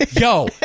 yo